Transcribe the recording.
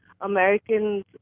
Americans